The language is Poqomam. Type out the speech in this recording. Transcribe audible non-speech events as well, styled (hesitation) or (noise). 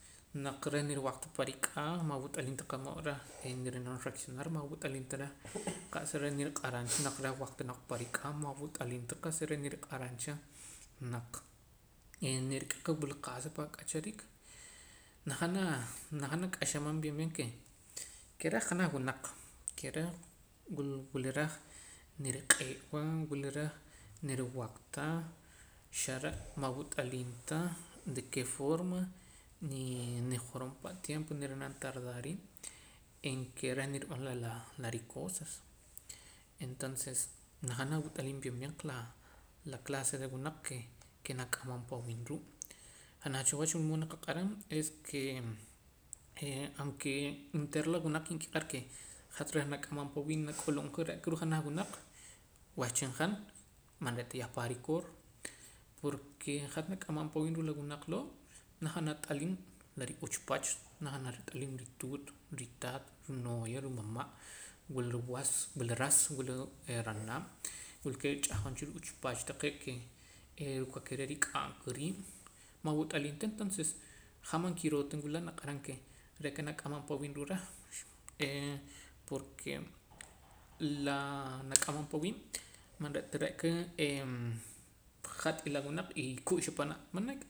Naq reh niriwaq ta pa' rik'aa ma awat'aliim ta qa'mood reh niri'nam reaccionar ma awat'aliim ta reh (noise) qa'sa re' niriq'aram cha naq reh waqta naq pa rik'aa ma awat'aliim ta qa'sa re' niriq'aram cha naq nirik'a qa qa'sa pan ak'achariik najaam na najaam na k'axamam bien bien ke reh janaj wunaq ke reh wula reh niriq'ee wa wula reh niriwaq ta xa re' ma awat'aliim ta de ke forma nii nijorompa' tiempo niri'nam tardar riib' en ke reh nirib'anara laa la ricosas entonces najaam nawat'aliim bien bien laa la clase de wunaq ke ke nak'amam pa awiib' ruu' janaj wach wulmood naqaq'aram es kee (hesitation) aunque onteera la wunaq ke nkiq'ar ke hat reh nak'amam pa awiib' hat nak'ulub' ja re'ka ruu' janaj wunaq wahchin han man yah re'ta pan rikoor porque hat nak'amam pa awiib' ruu' lla wunaq loo' najaam nat'aliim la ri'uchpach najaam nat'aliim rituut ritaat rinooya rumama' wula ruwas wula ras wula ranaab' wulkee ch'ahqon cha ruchpach taqee' ke ee ruu' kakere' rik'am ka riib' man wat'aliim ta entonces han man kiroo ta nwula' naq'aram re'ka nak'amam pa awiib' ruu' reh ee porque laa nak'amam pa awiib' man re'ta re'ka hat (hesitation) la wunaq (hesitation) ku'xa panaa' manek'